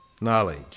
knowledge